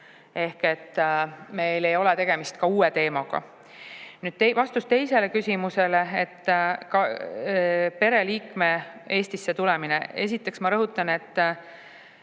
Ehk siis meil ei ole tegemist uue teemaga. Nüüd vastus teisele küsimusele – pereliikme Eestisse tulemine. Esiteks ma rõhutan, et